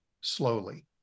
slowly